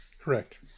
Correct